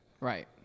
Right